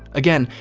again,